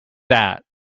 that